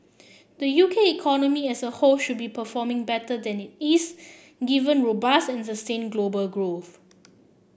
the U K economy as a whole should be performing better than it is given robust and the same global growth